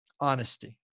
Honesty